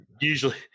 Usually